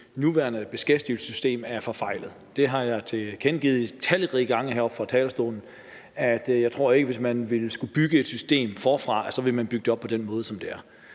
at det nuværende beskæftigelsessystem er forfejlet. Det har jeg tilkendegivet talrige gange heroppe fra talerstolen. Hvis man skulle bygge et system forfra, tror jeg ikke, man ville bygge det op på den måde, som det er